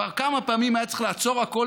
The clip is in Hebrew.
כבר כמה פעמים היה צריך לעצור הכול,